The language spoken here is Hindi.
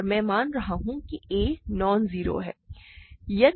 और मैं मान रहा हूं कि a नॉन जीरो है ठीक है